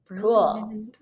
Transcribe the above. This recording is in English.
Cool